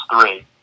three